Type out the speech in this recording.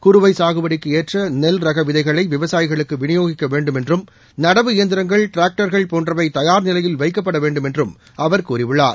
குறுவை எகுபடிக்கு ஏற்ற நெல் ரக விதைகளை விவசாயிகளுக்கு விநியோகிக்க வேண்டும் என்றும் நடவு இயந்திரங்கள் டிராக்டர்கள் போன்றவை தயார் நிலையில் வைக்கப்பட வேண்டும் என்றும் அவர் கூறியுள்ளார்